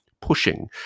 pushing